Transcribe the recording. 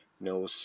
No